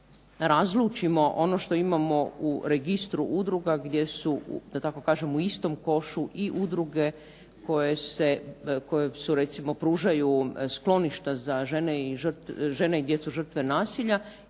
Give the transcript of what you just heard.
razlučimo ono što imamo u registru udruga gdje su, da tako kažem u istom košu i udruge koje recimo pružaju skloništa za žene i djecu žrtve nasilja